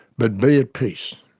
but be at peace.